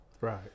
Right